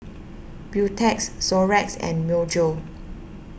Beautex Xorex and Myojo